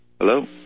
Hello